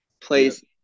plays